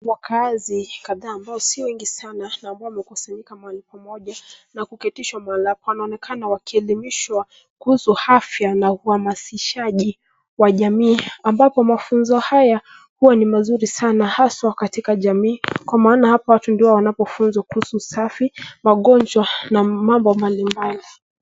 Wakaazi kadhaa ambao sio wengi sana ambao wamekusanyika mahali pamoja na kuketishwa mahali hapa waonekana wakielimishwa kuhusu afya na uhamasishaji wa jamii ambapo mafunzo haya huwa ni mazuri sana haswaa katika jamii kwa maana hapa watu ndio wanapofunzwa kuhusu usafi, magonjwa na mambo mbalimbali.